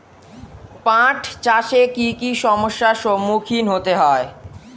পাঠ চাষে কী কী সমস্যার সম্মুখীন হতে হয়?